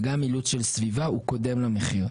וגם האילוץ של סביבה קודם למחיר.